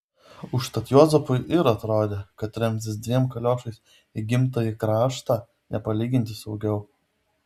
užtat juozapui ir atrodė kad remtis dviem kaliošais į gimtąjį kraštą nepalyginti saugiau